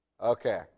Okay